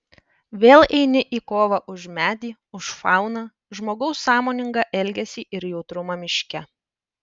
vėl eini į kovą už medį už fauną žmogaus sąmoningą elgesį ir jautrumą miške